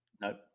Nope